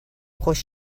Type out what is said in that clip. خوش